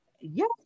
Yes